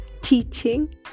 teaching